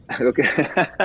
Okay